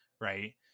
right